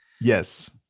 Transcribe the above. Yes